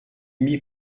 mit